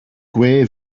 gwe